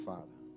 Father